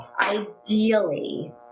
ideally